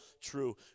true